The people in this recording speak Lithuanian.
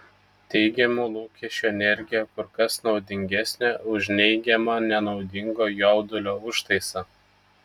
teigiamų lūkesčių energija kur kas naudingesnė už neigiamą nenaudingo jaudulio užtaisą